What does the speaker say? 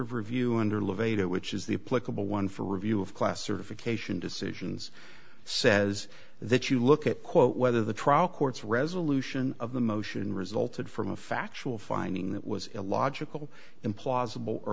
of review under levade it which is the pleasurable one for review of class certification decisions says that you look at quote whether the trial court's resolution of the motion resulted from a factual finding that was illogical implausible or